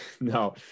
no